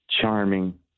charming